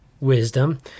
wisdom